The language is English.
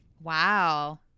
Wow